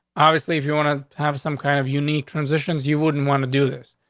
obviously, if you wanna have some kind of unique transitions, you wouldn't want to do this.